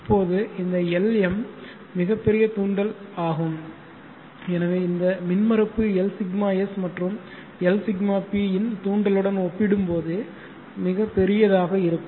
இப்போது இந்த Lm மிகப் பெரிய தூண்டல் ஆகும் எனவே இந்த மின்மறுப்பு LσS மற்றும் Lσp இன் தூண்டலுடன் ஒப்பிடும்போது மிகப் பெரியதாக இருக்கும்